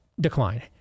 decline